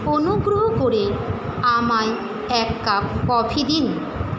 অনুগ্রহ করে আমায় এক কাপ কফি দিন